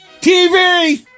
TV